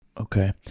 okay